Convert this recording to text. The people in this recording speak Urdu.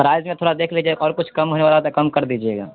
پرائز میں تھوڑا دیکھ لیجیے اور کچھ کم ہو جائے کم ہونے والا کم کر ایجئے گا